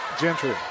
Gentry